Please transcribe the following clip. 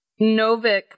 Novik